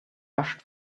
rushed